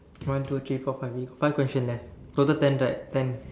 one two three four five five question left total ten right ten